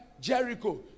Jericho